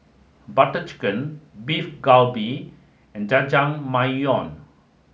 Butter Chicken Beef Galbi and Jajangmyeon